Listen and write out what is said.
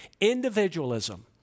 Individualism